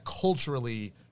culturally